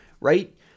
right